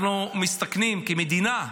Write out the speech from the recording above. אנחנו מסתכנים כמדינה,